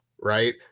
right